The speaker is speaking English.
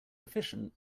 efficient